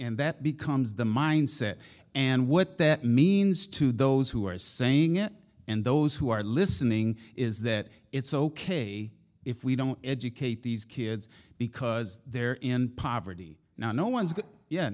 and that becomes the mindset and what that means to those who are saying it and those who are listening is that it's ok if we don't educate these kids because they're in poverty now no one's